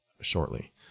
shortly